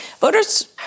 Voters